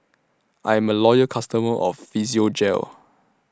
I'm A Loyal customer of Physiogel